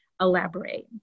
elaborate